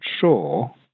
sure